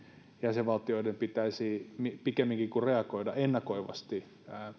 jäsenvaltioiden pitäisi pikemminkin kuin reagoida ennakoivasti vastata